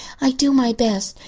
i do my best.